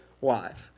wife